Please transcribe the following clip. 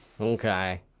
Okay